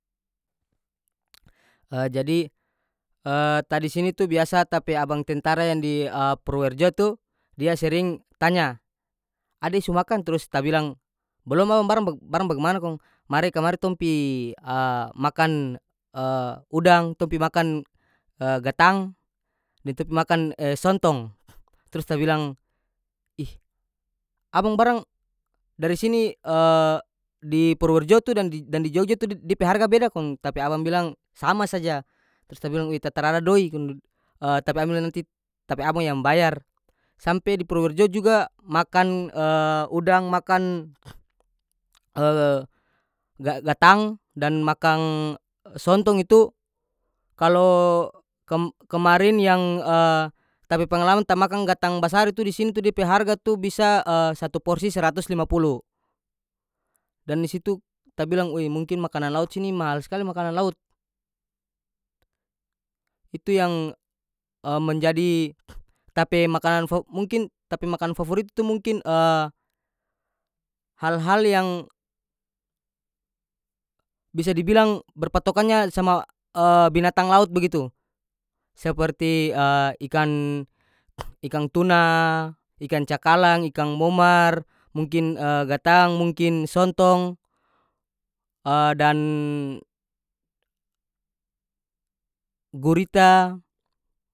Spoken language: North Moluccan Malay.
jadi ta di sini tu biasa ta pe abang tentara yang di purwerjo tu dia sering tanya ade so makan trus ta bilang blom om barang bag- barang bagimana kong mari kamari tong pi makan udang tong pi makan gatang deng tong pi makan sontong trus ta bilang ih abang barang dari sini di purwerjo dan di dan di jogja tu did- dia pe harga beda kong ta pe abang bilang sama saja trus ta bilang bagini ta tarada doi kong ded ta pe abang bilang nantid ta pe abang yang bayar sampe di purwerjo juga makan udang makan ga- gatang dan makang sontong itu kalo kem- kemarin yang ta pe pengalaman ta makang gatang basar itu di sini tu dia pe harga tu bisa satu porsi seratus lima pulu dan di situ ta bilang woe mungkin makanan laut sini mahal skali makanan laut itu yang menjadi ta pe makanan fov mungkin ta pe makanan favorit tu mungkin hal-hal yang bisa dibilang berpatokannya sama binatang laut begitu seperti ikan ikang tuna ikang cakalang ikang momar mungkin gatang mungkin sontong dan gurita.